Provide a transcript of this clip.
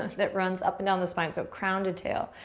that runs up and down the spine. so crown to tail,